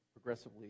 progressively